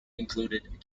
included